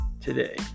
today